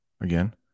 again